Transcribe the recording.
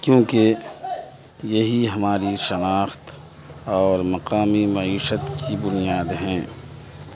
کیونکہ یہی ہماری شناخت اور مقامی معیشت کی بنیاد ہیں